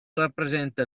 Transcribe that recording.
rappresenta